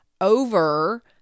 over